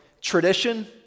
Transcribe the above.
tradition